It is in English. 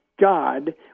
God